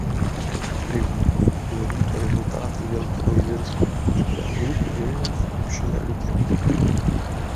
tai žmogus su kuriuo ryto rezultatai vėl kilo į viršų ir kuriam rūpi vilniaus krepšinio likimas